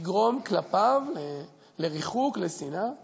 לגרום לריחוק, לשנאה כלפיו?